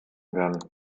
werden